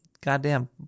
goddamn